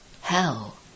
hell